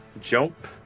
jump